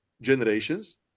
generations